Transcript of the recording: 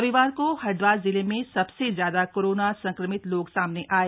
रविवार को हरिदवार जिले में सबसे ज्यादा कोरोना संक्रमित लोग सामने थे ये